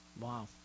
Wow